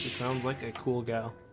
sound like a cool girl